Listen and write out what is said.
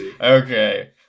okay